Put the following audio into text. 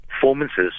performances